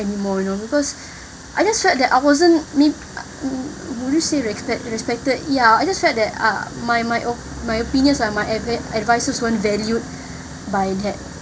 anymore you know because I just felt that I wasn't being would you say respect~ respected ya I just felt that uh my my op~ my opinions my ad~ my advices weren't valued by that